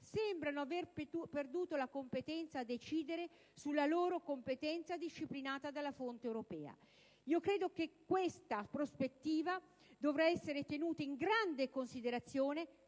sembrano aver perduto la possibilità di decidere sulla loro competenza disciplinata dalla fonte europea. Credo che questa prospettiva dovrà essere tenuta in grande considerazione